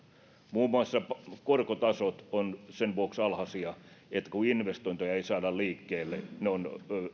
muun muassa korkotasot ovat sen vuoksi alhaisia että investointeja ei saada liikkeelle ne ovat